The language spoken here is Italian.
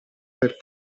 per